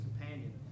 companion